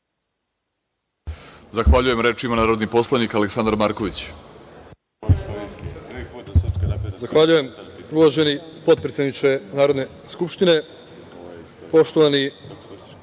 Zahvaljujem. Narodni poslanik Aleksandar Marković